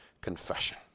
confession